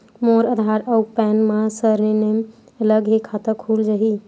मोर आधार आऊ पैन मा सरनेम अलग हे खाता खुल जहीं?